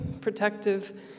protective